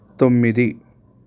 తొమ్మిది